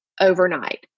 overnight